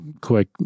Quick